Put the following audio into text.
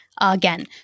again